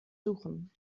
suchen